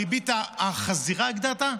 הריבית החזירית, הגדרת?